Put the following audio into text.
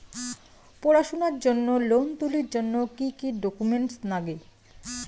পড়াশুনার জন্যে লোন তুলির জন্যে কি কি ডকুমেন্টস নাগে?